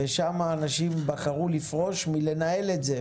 ושם אנשים בחרו לפרוש מלנהל את זה,